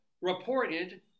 reported